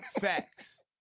Facts